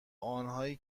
آنهایی